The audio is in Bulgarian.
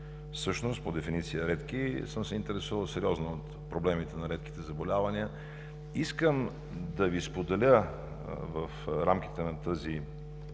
същност са с дефиниция „редки”. Интересувал съм се сериозно от проблемите на редките заболявания. Искам да Ви споделя, в рамките на тази